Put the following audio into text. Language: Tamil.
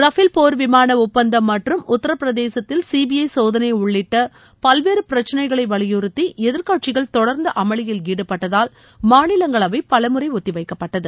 ரஃபேல் போர் விமான ஒப்பந்தம் மற்றும் உத்தரப் பிரதேசத்தில் சிபிஐ சோதனை உள்ளிட்ட பல்வேறு பிரச்சளைகளை வலியுறுத்தி எதிர்க்கட்சிகள் தொடர்ந்த அமளியில் ஈடுபட்டதால் மாநிலங்களவை பலமுறை ஒத்தி வைக்கப்பட்டது